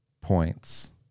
points